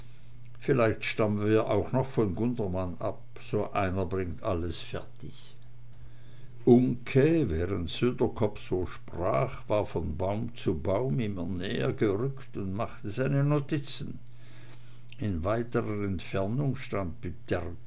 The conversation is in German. vielleicht stammen wir auch noch von gundermann ab so einer bringt alles fertig uncke während söderkopp so sprach war von baum zu baum immer näher gerückt und machte seine notizen in weiterer entfernung